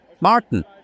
Martin